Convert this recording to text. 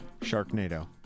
Sharknado